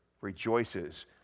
rejoices